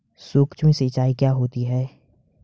सुक्ष्म सिंचाई क्या होती है?